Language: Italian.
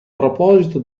proposito